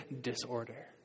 disorder